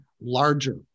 larger